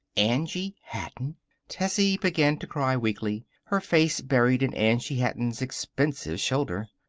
angie hatton tessie began to cry weakly, her face buried in angie hatton's expensive shoulder.